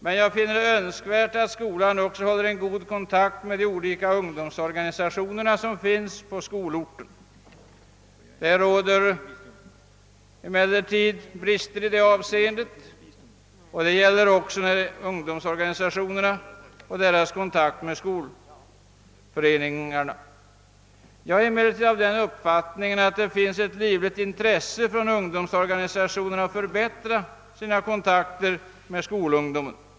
Men jag finner det önskvärt att skolan också håller god kontakt med de olika ungdomsorganisationer som finns på skolorten. Det finns brister i detta avseende, och detta gäller också ungdomsorganisationernas kontakt med skolföreningarna. Jag har emellertid den uppfattningen att det finns ett livligt intresse hos ungdomsorganisationerna att förbättra sina kontakter med skolungdomen.